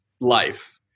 life